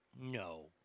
No